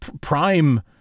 prime